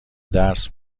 درس